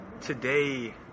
today